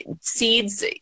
seeds